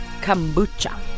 Kombucha